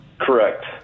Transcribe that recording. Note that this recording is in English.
Correct